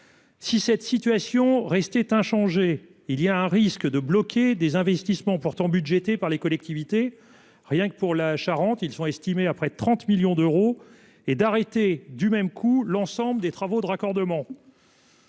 Si cette situation restait inchangé. Il y a un risque de bloquer des investissements pourtant budgétés par les collectivités. Rien que pour la Charente. Ils sont estimés à près de 30 millions d'euros et d'arrêter du même coup l'ensemble des travaux de raccordement.